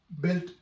built